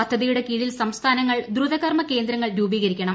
പദ്ധതിയുടെ കീഴിൽ സംസ്ഥാനങ്ങൾ ദ്രുത കർമ്മ കേന്ദ്രങ്ങൾ രൂപീകരിക്കണം